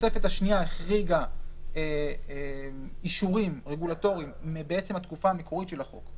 התוספת השנייה החריגה אישורים רגולטוריים מהתקופה המקורית של החוק,